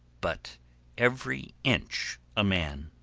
but every inch a man.